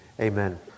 amen